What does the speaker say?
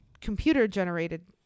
computer-generated